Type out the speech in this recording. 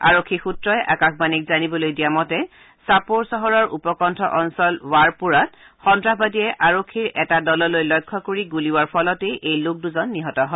আৰক্ষী সূত্ৰই আকাশবাণীক জানিবলৈ দিয়া মতে চাপোৰ চহৰৰ উপকঠ অঞ্চল ৱাৰপোৰাত সন্ত্ৰাসবাদীয়ে আৰক্ষীৰ এটা দললৈ লক্ষ্য কৰি গুলীওৱাৰ ফলতে এই লোক দুজন নিহত হয়